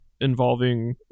involving